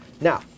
Now